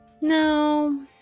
No